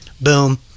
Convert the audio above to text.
Boom